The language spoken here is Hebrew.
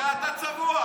אתה צבוע.